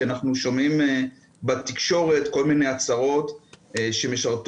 כי אנחנו שומעים בתקשורת כל מיני הצהרות שמשרתות,